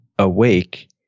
awake